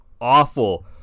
awful